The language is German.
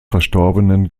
verstorbenen